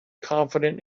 confident